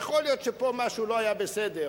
יכול להיות שפה משהו לא היה בסדר,